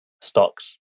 stocks